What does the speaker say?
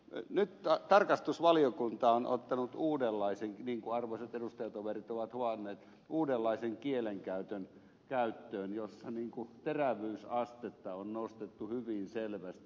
nyt tarkastusvaliokunta on ottanut käyttöön niin kuin arvoisat edustajatoverit ovat huomanneet uudenlaisen kielenkäytön jossa terävyysastetta on nostettu hyvin selvästi